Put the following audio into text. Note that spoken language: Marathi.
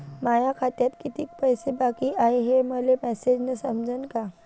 माया खात्यात कितीक पैसे बाकी हाय हे मले मॅसेजन समजनं का?